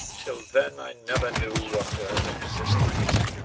till then, i never knew of her existence.